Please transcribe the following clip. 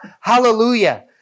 Hallelujah